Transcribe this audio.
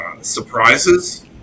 surprises